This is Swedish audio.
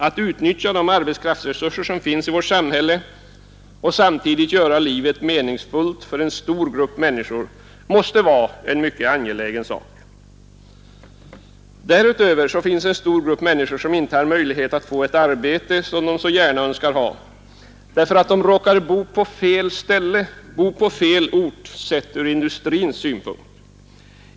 Att utnyttja de arbetskraftsresurser som finns i vårt samhälle och samtidigt göra livet meningsfullt för en stor grupp människor måste vara en mycket angelägen sak. Därutöver finns det en stor grupp människor som inte har möjlighet att få ett arbete, som de så gärna önskar, därför att de råkar bo på fel ställe och på fel ort sett ur industrins synpunkt.